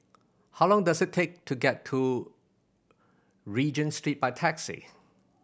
how long does it take to get to Regent Street by taxi